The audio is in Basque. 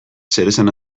zeresan